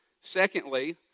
Secondly